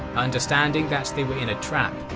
understanding that they were in a trap,